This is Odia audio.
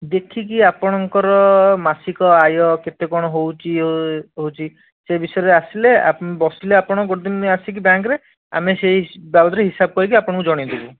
ଦେଖିକି ଆପଣଙ୍କର ମାସିକ ଆୟ କେତେ କ'ଣ ହେଉଛି ଇଏ ହେଉଛି ସେ ବିଷୟରେ ଆସିଲେ ଆପଣ ବସିଲେ ଗୋଟେ ଦିନ ଆସିକି ବ୍ୟାଙ୍କରେ ଆମେ ସେଇ ବାବଦରେ ହିସାବ କରିକି ଆପଣଙ୍କୁ ଜଣେଇଦେବୁ